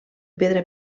pedra